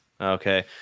Okay